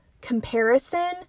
comparison